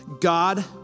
God